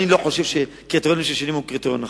אני לא חושב שקריטריון של שנים הוא קריטריון נכון.